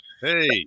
Hey